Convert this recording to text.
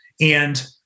And-